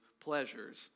pleasures